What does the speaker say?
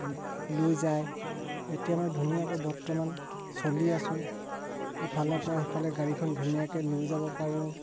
লৈ যায় এতিয়া মই ধুনীয়াকৈ বৰ্তমান চলি আছো ইফালৰপৰা সিফালে গাড়ীখন ধুনীয়াকৈ লৈ যাব পাৰোঁ